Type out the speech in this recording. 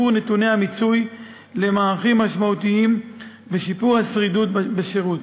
למען שיפור נתוני המיצוי למערכים משמעותיים ושיפור השרידות בשירות.